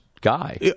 Guy